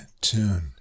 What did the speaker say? tune